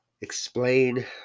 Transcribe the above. explain